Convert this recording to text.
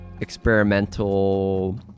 experimental